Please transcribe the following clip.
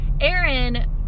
Aaron